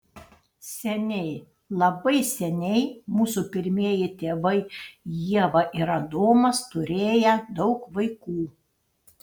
seniai labai seniai mūsų pirmieji tėvai ieva ir adomas turėję daug vaikų